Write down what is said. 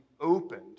opened